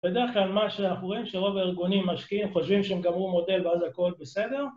בדרך כלל מה שאנחנו רואים שרוב הארגונים משקיעים, חושבים שהם גמרו מודל ואז הכל בסדר